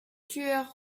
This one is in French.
tueur